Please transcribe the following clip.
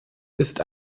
ist